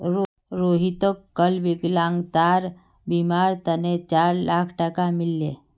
रोहितक कल विकलांगतार बीमार तने चार लाख टका मिल ले